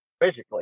physically